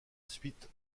suite